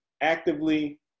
actively